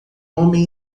homem